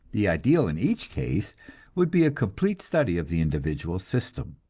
the ideal in each case would be a complete study of the individual system.